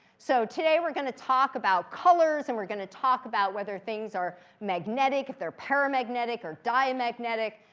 so, today, we're going to talk about colors. and we're going to talk about whether things are magnetic, if they're paramagnetic, or diamagnetic.